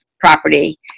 property